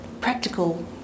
practical